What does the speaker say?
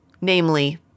namely